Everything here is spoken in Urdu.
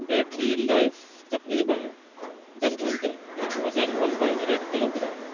بیٹری لائف تقریباً دس گھنٹے وزن ون پوائنٹ ایٹ کلوگررام